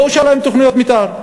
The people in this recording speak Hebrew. לא אושרה להם תוכנית מתאר.